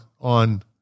on